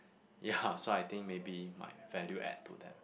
ya so I think maybe my value add to that